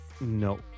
No